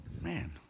man